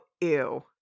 ew